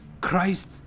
christ